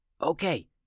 Okay